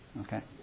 Okay